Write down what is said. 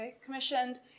Commissioned